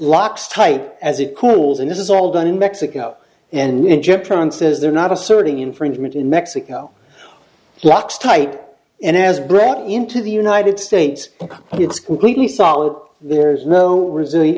locks type as it cools and this is all done in mexico and jet trances they're not asserting infringement in mexico locks tight and as brad into the united states it's completely solid there is no resilient